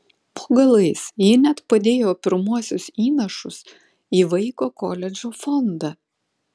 po galais ji net padėjo pirmuosius įnašus į vaiko koledžo fondą